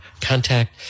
contact